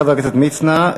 חבר הכנסת מצנע.